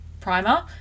primer